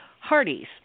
Hardee's